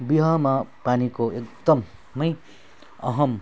बिहामा पानीको एकदम अहम्